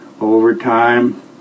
overtime